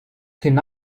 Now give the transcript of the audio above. can